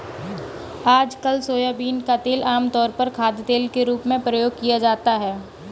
आजकल सोयाबीन का तेल आमतौर पर खाद्यतेल के रूप में प्रयोग किया जाता है